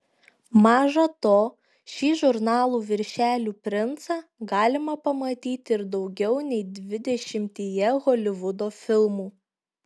maža to šį žurnalų viršelių princą galima pamatyti ir daugiau nei dvidešimtyje holivudo filmų